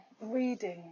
reading